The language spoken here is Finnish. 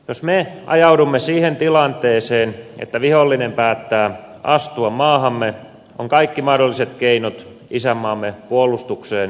jos me ajaudumme siihen tilanteeseen että vihollinen päättää astua maahamme on kaikki mahdolliset keinot isänmaamme puolustukseen huomioitava